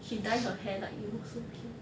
she dye her hair like you so cute